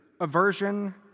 aversion